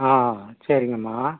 ஆ சரிங்கம்மா